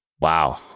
Wow